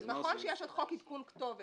אז נכון שיש חוק עדכון כתובת,